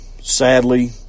Sadly